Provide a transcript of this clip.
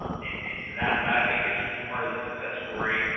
um and and so, that that i think is is part of the success story.